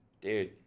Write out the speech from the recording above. Dude